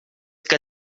que